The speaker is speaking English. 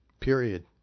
Period